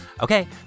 Okay